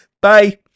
Bye